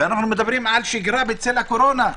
ואנחנו מדברים על שגרה בצל הקורונה.